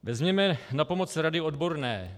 Vezměme na pomoc rady odborné.